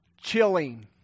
Chilling